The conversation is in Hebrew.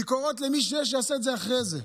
ביקורות, למי שיש, שיעשה את זה אחרי זה.